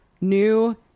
new